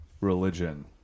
religion